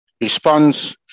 response